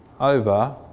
over